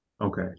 Okay